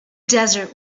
desert